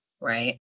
right